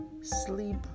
sleep